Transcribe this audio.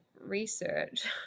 research